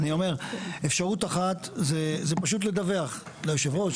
אפשרות אחת היא פשוט לדווח ליושב ראש,